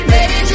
Baby